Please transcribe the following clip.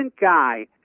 guy